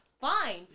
Fine